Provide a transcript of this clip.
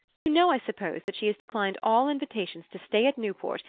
you know, i suppose, that she has declined all invitations to stay at newport,